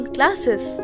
Classes